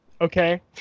Okay